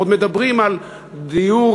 עוד מדברים על דיור,